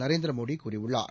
நரேந்திரமோடிகூறியுள்ளார்